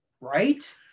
Right